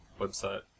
website